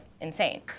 insane